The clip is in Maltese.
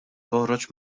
toħroġ